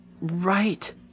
Right